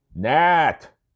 Nat